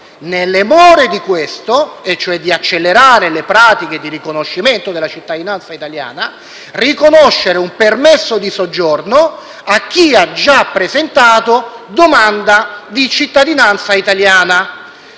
nelle more di questo, e cioè finché non vengono accelerate le pratiche di riconoscimento della cittadinanza italiana, venga riconosciuto un permesso di soggiorno a chi ha già presentato domanda di cittadinanza italiana,